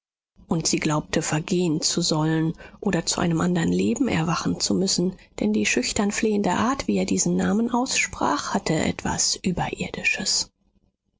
und sie glaubte vergehen zu sollen oder zu einem andern leben erwachen zu müssen denn die schüchtern flehentliche art wie er diesen namen aussprach hatte etwas überirdisches